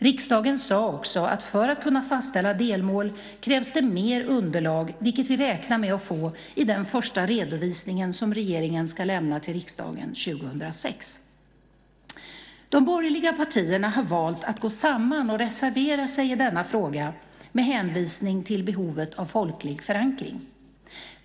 Riksdagen sade också att för att kunna fastställa delmål krävs det mer underlag vilket vi räknar med att få i den första redovisning som regeringen ska lämna till riksdagen 2006. De borgerliga partierna har valt att gå samman och reservera sig i denna fråga med hänvisning till behovet av folklig förankring.